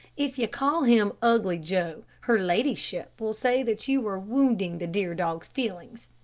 if you call him ugly joe her ladyship will say that you are wounding the dear dog's feelings.